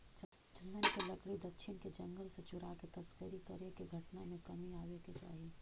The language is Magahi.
चन्दन के लकड़ी दक्षिण के जंगल से चुराके तस्करी करे के घटना में कमी आवे के चाहि